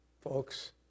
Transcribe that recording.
Folks